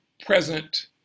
present